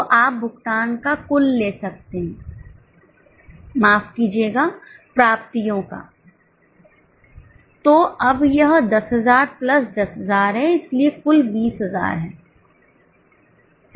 तो आप भुगतान का कुल ले सकते हैं माफ कीजिएगा प्राप्तियो का तो अब यह 10000 प्लस 10000 हैं इसलिए कुल 20000 है